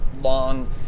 long